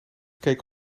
keek